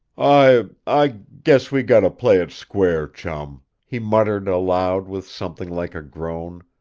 i i guess we got to play it square, chum! he muttered aloud, with something like a groan.